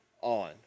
on